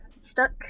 stuck